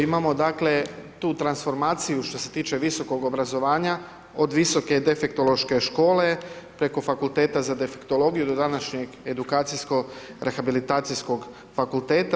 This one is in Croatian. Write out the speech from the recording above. Imamo dakle, tu transformaciju što se tiče visokog obrazovanja, od visoke defektološke škole, preko fakulteta za defektologiju, do današnje edukacijsko rehabilitacijskog fakulteta.